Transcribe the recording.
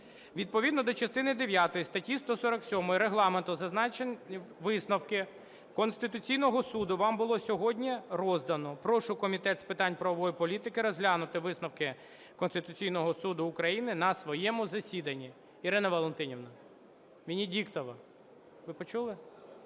Відповідно до частини дев'ятої статті 147 Регламенту зазначені висновки Конституційного Суду вам було сьогодні роздано. Прошу комітет з правової політики розглянути висновки Конституційного Суду України на своєму засіданні. Ірино Валентинівно Венедіктова, ви почули?